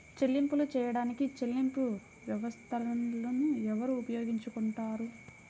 చెల్లింపులు చేయడానికి చెల్లింపు వ్యవస్థలను ఎవరు ఉపయోగించుకొంటారు?